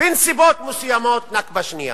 בנסיבות מסוימות "נכבה" שנייה,